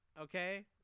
Okay